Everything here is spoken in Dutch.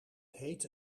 hete